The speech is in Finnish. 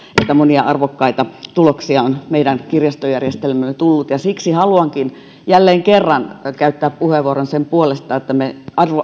monia arvokkaita tuloksia on meidän kirjastojärjestelmästämme tullut siksi haluankin jälleen kerran käyttää puheenvuoron sen puolesta että me